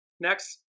Next